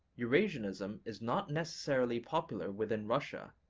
eurasianism is not necessarily popular within russia,